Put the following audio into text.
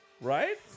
Right